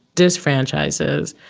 disfranchises,